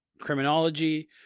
criminology